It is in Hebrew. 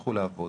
שימשיכו לעבוד.